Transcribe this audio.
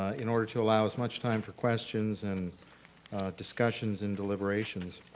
in order to allow as much time for questions and discussions and deliberations.